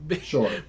Sure